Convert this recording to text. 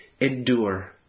endure